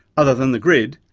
other than the grid,